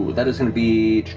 that is going to be.